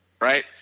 right